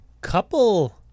couple